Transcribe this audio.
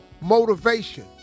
motivation